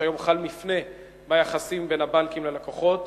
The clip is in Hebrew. שהיום חל מפנה ביחסים בין הבנקים ללקוחות.